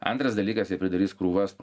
antras dalykas jie pridarys krūvas